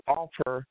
offer